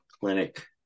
clinic